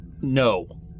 No